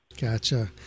Gotcha